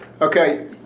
Okay